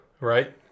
right